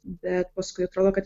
bet paskui atrodo kad